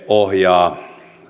ohjaa